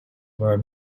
were